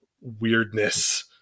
weirdness